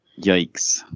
Yikes